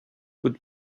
would